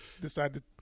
decided